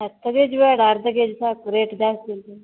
ಹತ್ತು K G ಬೇಡ ಅರ್ಧ ಕೆ ಜಿ ಸಾಕು ರೇಟ್ ಜಾಸ್ತಿ ಉಂಟು